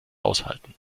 aushalten